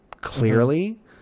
clearly